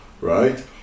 right